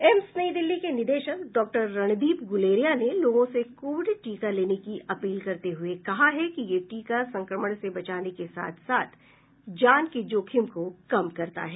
AIIMS नई दिल्ली के निदेशक डॉक्टर रणदीप गुलेरिया ने लोगों से कोविड टीका लेने की अपील करते हुये कहा है कि यह टीका संक्रमण से बचाने के साथ साथ जान के जोखिम को कम करता है